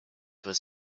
was